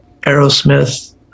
Aerosmith